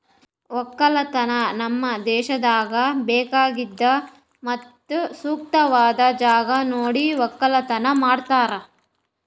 ಒಕ್ಕಲತನ ನಮ್ ದೇಶದಾಗ್ ಬೇಕಾಗಿದ್ ಮತ್ತ ಸೂಕ್ತವಾದ್ ಜಾಗ ನೋಡಿ ಒಕ್ಕಲತನ ಮಾಡ್ತಾರ್